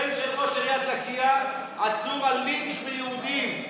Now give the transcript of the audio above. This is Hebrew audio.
בן של ראש עיריית לקיה עצור על לינץ' ביהודים בשומר החומות.